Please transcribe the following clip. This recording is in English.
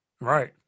right